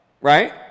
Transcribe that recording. right